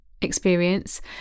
experience